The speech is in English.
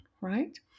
right